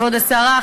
כבוד השרה,